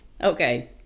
Okay